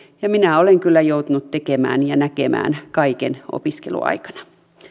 ja minä olen kyllä joutunut tekemään ja näkemään kaiken opiskeluaikana